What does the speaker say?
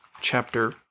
chapter